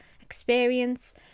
experience